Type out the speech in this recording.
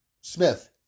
Smith